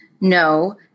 No